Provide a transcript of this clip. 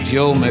Joe